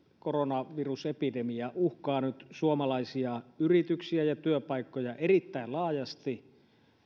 koronavirusepidemia uhkaa nyt suomalaisia yrityksiä ja työpaikkoja erittäin laajasti